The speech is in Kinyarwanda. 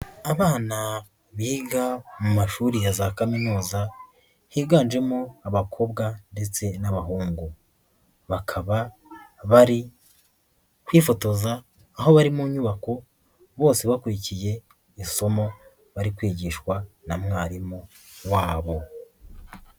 Abana biga mu mashuri ya za kaminuza, higanjemo abakobwa ndetse n'abahungu. Bakaba bari kwifotoza, aho bari mu nyubako, bose bakurikiye isomo bari kwigishwa na mwarimu wabo.